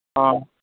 ꯑꯥ